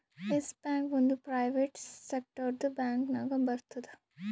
S bank ಒಂದ್ private ಸೆಕ್ಟರ್ದು bank ನಾಗ್ ಬರ್ತುದ್